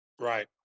Right